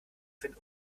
finden